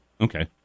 Okay